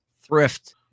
thrift